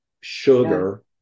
sugar